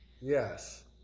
Yes